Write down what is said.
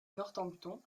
northampton